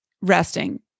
resting